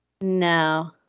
No